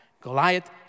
Goliath